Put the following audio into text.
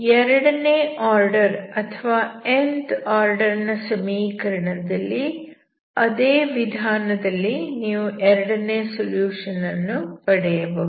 ಎರಡನೇ ಆರ್ಡರ್ ಅಥವಾ nth order ನ ಸಮೀಕರಣದಲ್ಲಿ ಅದೇ ವಿಧಾನದಲ್ಲಿ ನೀವು ಎರಡನೇ ಸೊಲ್ಯೂಷನ್ ಅನ್ನು ಪಡೆಯಬಹುದು